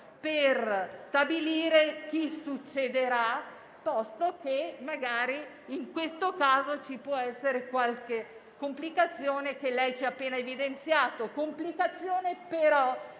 per stabilire chi succederà, posto che magari in questo caso ci può essere qualche complicazione, come lei ci appena evidenziato,